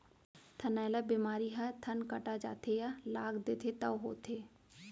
थनैला बेमारी ह थन कटा जाथे या लाग देथे तौ होथे